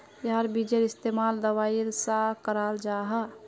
याहार बिजेर इस्तेमाल दवाईर सा कराल जाहा